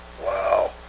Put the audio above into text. Wow